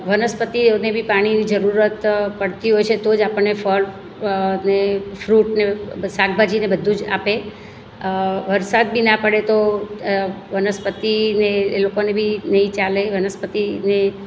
વનસ્પતિઓને બી પાણીની જરૂરત પડતી હોય છે તો જ આપણને ફળ અને ફ્રૂટને શાકભાજીને બધું જ આપે વરસાદ બી ના પડે તો વનસ્પતિને એ લોકોને બી નહીં ચાલે વનસ્પતિને